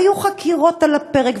והיו חקירות על הפרק,